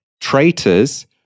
traitors